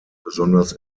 besonders